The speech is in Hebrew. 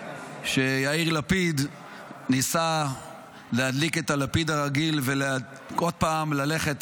שיאיר לפיד ניסה להדליק את הלפיד הרגיל ועוד פעם ללכת